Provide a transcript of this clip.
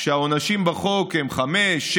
כשהעונשים בחוק הם חמש שנים,